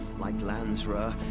like lansra.